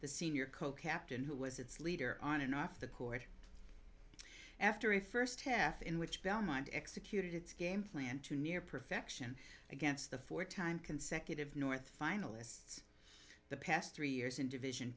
the senior co captain who was its leader on and off the court after a first half in which belmont executed its game plan to near perfection against the four time consecutive north finalists the past three years in division